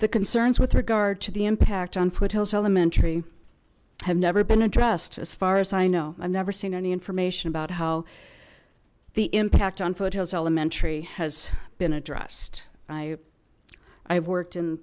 the concerns with regard to the impact on foot hills elementary have never been a trust as far as i know i've never seen any information about how the impact on photos elementary has been addressed by i have worked in